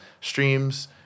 streams